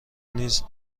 نیز